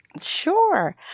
Sure